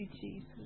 Jesus